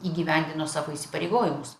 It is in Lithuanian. įgyvendino savo įsipareigojimus